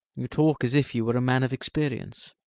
you talk as if you were a man of experience.